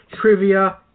Trivia